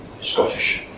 Scottish